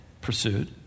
pursued